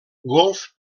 golf